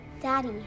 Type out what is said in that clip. Daddy